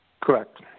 Correct